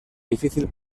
difícil